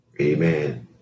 Amen